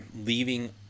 leaving